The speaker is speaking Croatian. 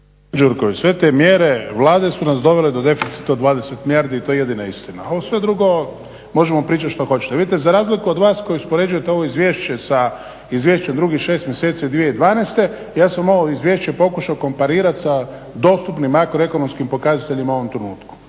Sve te mjere Vlade su nas dovele do deficita od 20 milijardi to je jedina istina. Ovo sve drugo možemo pričati što hoćete. Vidite za razliku od vas koji uspoređujete ovo izvješće sa izvješćem drugih 6 mjeseci 2012.ja sam ovo izvješće pokušao komparirati sa dostupnim makroekonomskim pokazateljima u ovom trenutku.